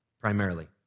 primarily